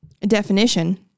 definition